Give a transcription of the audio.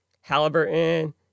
Halliburton